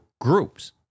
groups